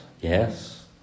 Yes